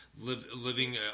living